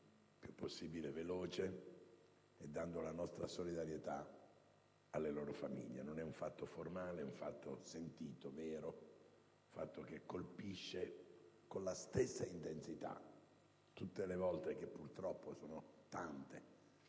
il più possibile veloce e dando la nostra solidarietà alle loro famiglie. Non è un'espressione formale, ma sentita e vera: è un fatto che colpisce il Paese con la stessa intensità tutte le volte che - purtroppo sono tante